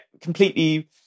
completely